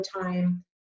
time